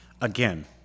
Again